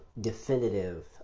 definitive